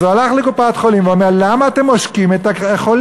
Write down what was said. אז הוא הלך לקופת-חולים ואמר: למה אתם עושקים את החולים?